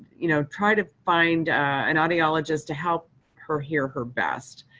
you know, try to find an audiologist to help her hear her best.